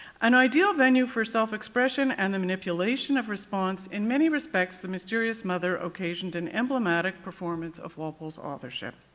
an ideal venue for self-expression and the manipulation of response in many respects, the mysterious mother occasioned an emblematic performance of walpole's authorship.